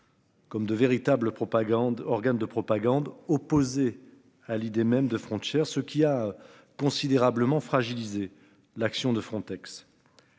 Comme de véritables propagande organe de propagande, opposé à l'idée même de frontières ce qui a considérablement fragilisé l'action de Frontex.